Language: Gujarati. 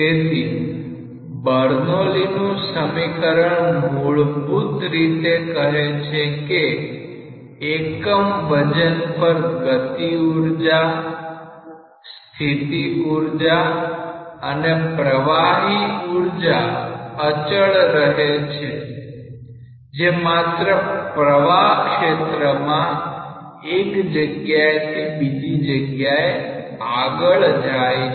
તેથી બર્નોલી નું સમીકરણ મૂળભૂત રીતે કહે છે કે એકમ વજન પર ગતિ ઉર્જા સ્થિતિ ઊર્જા અને પ્રવાહી ઉર્જા અચળ રહે છે જે માત્ર પ્રવાહ ક્ષેત્રમાં એક જગ્યાએથી બીજી જગ્યાએ આગળ જાય છે